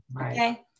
okay